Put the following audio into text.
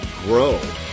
grow